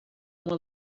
uma